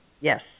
Yes